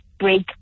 break